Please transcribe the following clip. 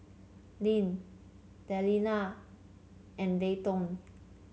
Lyn Delila and Layton